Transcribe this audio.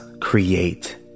create